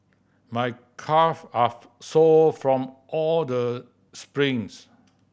my calve are sore from all the sprints